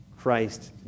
Christ